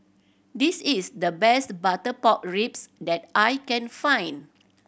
this is the best butter pork ribs that I can find